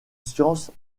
sciences